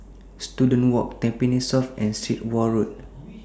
Students Walk Tampines South and Sit Wah Road